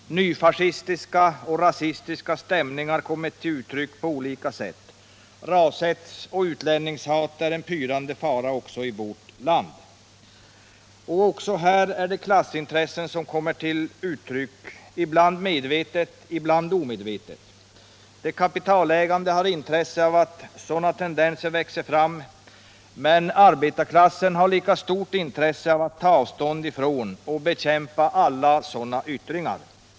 Nyfascistiska och rasistiska stämningar kommer till uttryck på olika sätt. Rashets och utlänningshat är en pyrande fara också i vårt land. Också här är det klassintressen som kommer till uttryck, ibland medvetet, ibland omedvetet. De kapitalägande har intresse av att sådana tendenser växer fram, men arbetarklassen har lika stort intresse av att ta avstånd från och bekämpa alla sådana yttringar.